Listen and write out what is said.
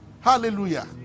Hallelujah